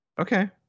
Okay